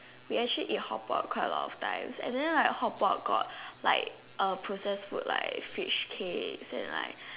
we actually eat hotpot quite a lot of times and then like hotpot got like uh processed food like fish cake and like